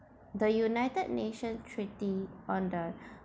the united nations treaty on the